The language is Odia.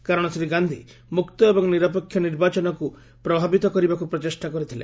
କାରଣ ଶ୍ରୀ ଗାନ୍ଧୀ ମୁକ୍ତ ଏବଂ ନିରପେକ୍ଷ ନିର୍ବାଚନକୁ ପ୍ରଭାବିତ କରିବାକୁ ପ୍ରଚେଷ୍ଟା କରିଥିଲେ